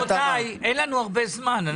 רבותיי, אין לנו הרבה זמן.